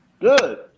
Good